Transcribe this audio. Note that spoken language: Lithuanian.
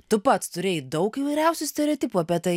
tu pats turėjai daug įvairiausių stereotipų apie tą